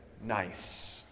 nice